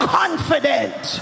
confident